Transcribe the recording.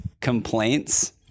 complaints